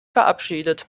verabschiedet